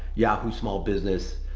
yahoo small business,